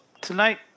tonight